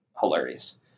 Hilarious